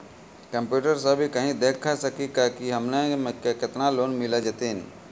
Computer सा भी कही देख सकी का की हमनी के केतना लोन मिल जैतिन?